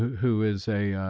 who is a